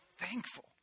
thankful